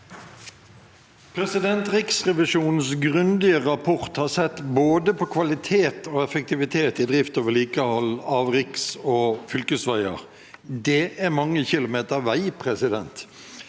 Riksrevisjonens grundige rapport har sett på både kvalitet og effektivitet i drift og vedlikehold av riks- og fylkesveier. Det er mange kilometer vei! Det